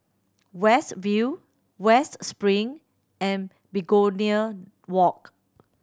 West View West Spring and Begonia Walk